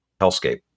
Hellscape